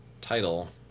title